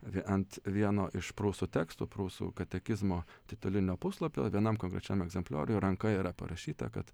vie ant vieno iš prūsų tekstų prūsų katekizmo titulinio puslapio vienam konkrečiam egzemplioriuj ranka yra parašyta kad